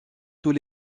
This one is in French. tous